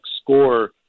score